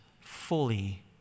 fully